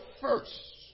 first